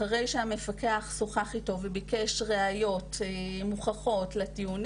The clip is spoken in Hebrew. אחרי שהמפקח של משרד הכלכלה שוחח איתו וביקש ראיות מוכחות לטיעונים,